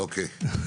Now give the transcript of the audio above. אומר כמה דברים.